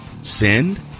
send